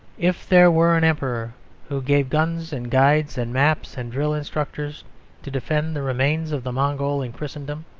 if there were an emperor who gave guns and guides and maps and drill instructors to defend the remains of the mongol in christendom,